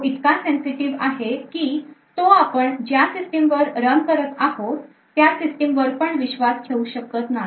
तो इतका sensitive आहे की तो आपण ज्या सिस्टीम वर रन करत आहोत त्या सिस्टीम वर पण विश्वास ठेवू शकत नाही